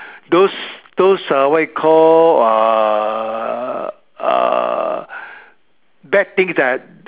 those those uh what you called uh uh bad things that I